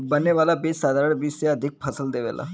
बने वाला बीज साधारण बीज से अधिका फसल देवेला